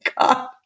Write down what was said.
God